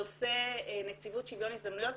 נושא נציבות שוויון הזדמנויות,